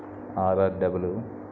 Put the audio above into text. R R W